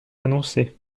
annoncés